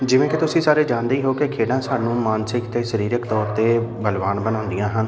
ਜਿਵੇਂ ਕਿ ਤੁਸੀਂ ਸਾਰੇ ਜਾਣਦੇ ਹੀ ਹੋ ਕਿ ਖੇਡਾਂ ਸਾਨੂੰ ਮਾਨਸਿਕ ਅਤੇ ਸਰੀਰਕ ਤੌਰ 'ਤੇ ਬਲਵਾਨ ਬਣਾਉਂਦੀਆਂ ਹਨ